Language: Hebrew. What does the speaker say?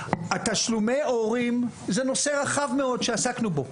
תשלומי ההורים, שזה נושא רחב מאוד שעסקנו בו,